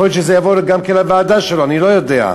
יכול להיות שזה יבוא גם לוועדה שלו, אני לא יודע.